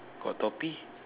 got toupee